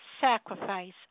sacrifice